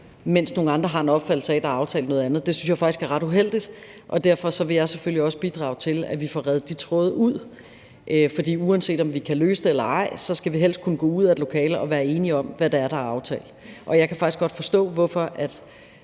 mens nogle andre har en opfattelse af, at der er aftalt noget andet. Det synes jeg faktisk er ret uheldigt, og derfor vil jeg selvfølgelig også bidrage til, at vi får redt de tråde ud. For uanset om vi kan løse det eller ej, skal vi helst kunne gå ud af et lokale og være enige om, hvad det er, der er aftalt, og jeg kan faktisk godt forstå, hvorfor